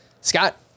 scott